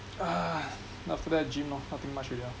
ah then after that gym lor nothing much already ah